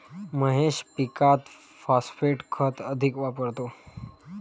महेश पीकात फॉस्फेट खत अधिक वापरतो